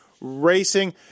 Racing